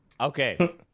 Okay